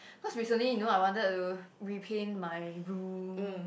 cause recently you know I wanted to repaint my room